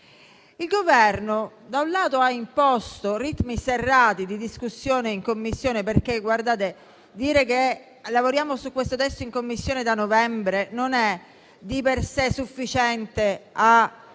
il Governo ha imposto ritmi serrati di discussione in Commissione. Guardate che dire che lavoriamo su questo testo in Commissione da novembre non è di per sé sufficiente a